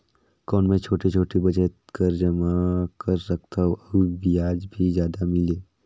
कौन मै छोटे छोटे बचत कर जमा कर सकथव अउ ब्याज भी जादा मिले?